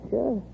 Sure